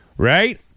Right